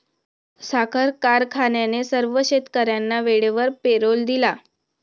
साखर कारखान्याने सर्व शेतकर्यांना वेळेवर पेरोल दिला